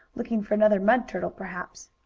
looking for another mud-turtle, perhaps.